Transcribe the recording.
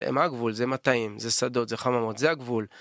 מה הגבול? זה מטעים, זה שדות, זה חממות, זה הגבול.